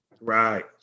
Right